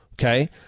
okay